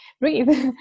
breathe